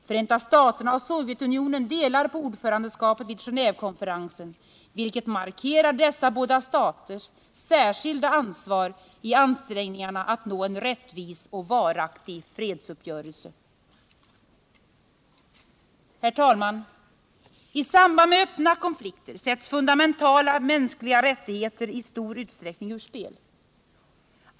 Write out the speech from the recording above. Förenta staterna och Sovjetunionen delar på ordförandeskapet vid Genévekonferensen, vilket markerar dessa båda staters särskilda ansvar i ansträngningarna att nå en rättvis och varaktig fredsuppgörelse. Herr talman! I samband med öppna konflikter sätts fundamentala mänskliga rättigheter i stor utsträckning ur spel.